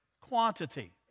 quantity